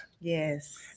Yes